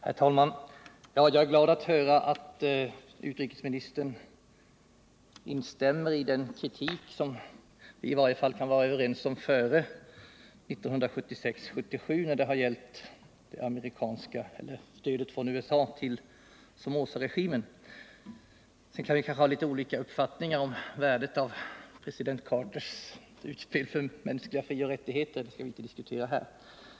Herr talman! Jag är glad att höra att utrikesministern instämmer så att vi i varje fall kan vara överens om kritiken beträffande stödet från USA till Somozaregimen före 1976-1977. Sedan kan vi kanske ha litet olika uppfattningar om värdet av president Carters utspel för mänskliga frioch rättigheter, men det skall vi ju inte diskutera här.